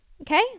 okay